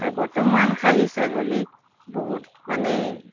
আৰু বৰ্তমান খাঁহী ছাগলীক বহুত মানে